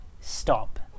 stop